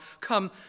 come